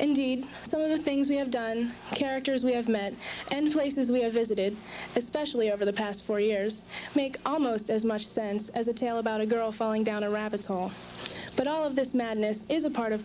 indeed some of the things we have done characters we have met and places we have visited especially over the past four years make almost as much sense as a tale about a girl falling down a rabbit hole but all of this madness is a part of